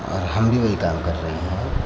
और हम भी वही काम कर रहे हैं